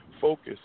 focus